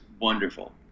wonderful